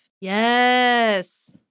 Yes